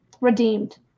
redeemed